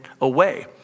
away